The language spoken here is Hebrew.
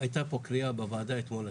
הייתה פה קריאה בוועדה אתמול.